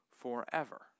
forever